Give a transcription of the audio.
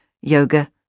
yoga